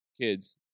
kids